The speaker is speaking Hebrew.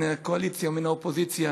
מן הקואליציה ומן האופוזיציה,